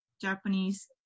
Japanese